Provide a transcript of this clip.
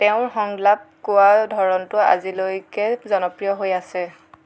তেওঁৰ সংলাপ কোৱা ধৰণটো আজিলৈকে জনপ্ৰিয় হৈ আছে